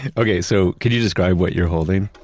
and okay, so could you describe what you're holding?